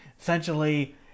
essentially